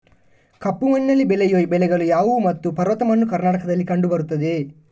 ಕಪ್ಪು ಮಣ್ಣಿನಲ್ಲಿ ಬೆಳೆಯುವ ಬೆಳೆಗಳು ಯಾವುದು ಮತ್ತು ಪರ್ವತ ಮಣ್ಣು ಕರ್ನಾಟಕದಲ್ಲಿ ಕಂಡುಬರುತ್ತದೆಯೇ?